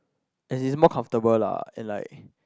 as in more comfortable lah and like